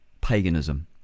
paganism